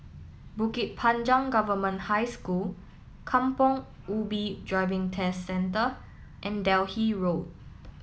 Bukit Panjang Government High School Kampong Ubi Driving Test Centre and Delhi Road